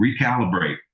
recalibrate